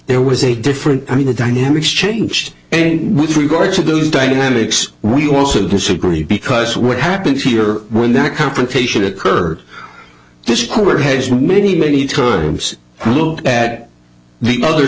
there was a different i mean the dynamics changed and with regard to those dynamics we also disagree because what happened here when that confrontation occurred this cooler heads many many times look at the other